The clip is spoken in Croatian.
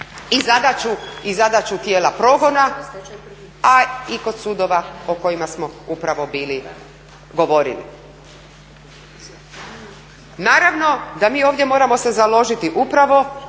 i zadaću tijela progona, a i kod sudova o kojima smo upravo bili govorili. Naravno da mi ovdje moramo se založiti upravo